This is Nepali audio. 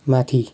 माथि